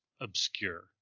obscure